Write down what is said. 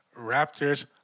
Raptors